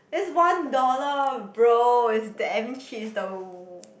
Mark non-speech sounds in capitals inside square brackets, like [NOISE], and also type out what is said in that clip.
it's one dollar bro it's damn cheap it's the [NOISE]